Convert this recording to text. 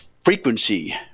frequency